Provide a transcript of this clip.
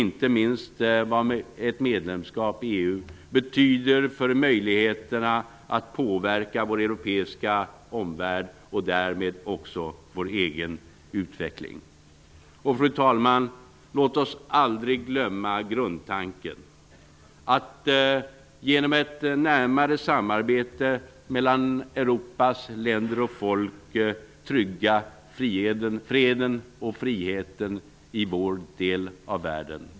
Inte minst kan vi fundera över vad ett medlemskap i EU betyder för möjligheterna att påverka vår europeiska omvärld och därmed också vår egen utveckling. Fru talman! Låt oss aldrig glömma grundtanken, att genom ett närmare samarbete mellan Europas länder och folk trygga freden och friheten i vår del av världen.